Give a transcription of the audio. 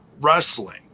wrestling